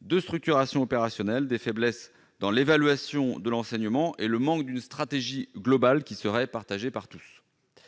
de structuration opérationnelle, des carences dans l'évaluation de l'enseignement et le manque d'une stratégie globale qui serait partagée par tous.